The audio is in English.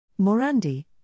Morandi